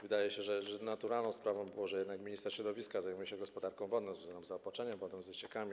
Wydaje się, że naturalną sprawą było, że jednak minister środowiska zajmuje się gospodarką wodną, związaną z zaopatrzeniem w wodę, ze ściekami.